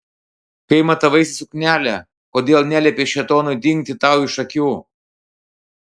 kai matavaisi suknelę kodėl neliepei šėtonui dingti tau iš akių